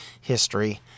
history